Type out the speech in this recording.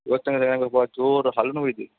ಇವತ್ತು ಅಂದರೆ ನಂಗೆ ಸ್ವಲ್ಪ ಜೋರು ಹಲ್ಲು ನೋವು ಇದ್ದಿತ್ತು